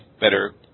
better